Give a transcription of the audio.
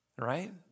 Right